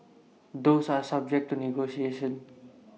those are subject to negotiation